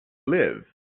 live